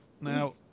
Now